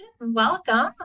welcome